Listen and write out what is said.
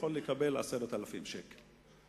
יכול לקבל 10,000 שקל.